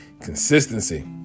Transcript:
Consistency